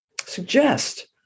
suggest